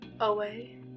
Away